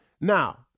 Now